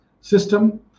system